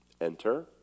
Enter